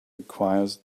requires